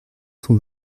sont